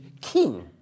king